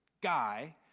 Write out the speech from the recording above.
guy